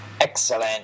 Excellent